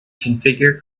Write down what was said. configure